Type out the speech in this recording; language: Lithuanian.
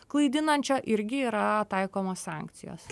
klaidinančio irgi yra taikomos sankcijos